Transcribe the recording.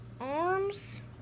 arms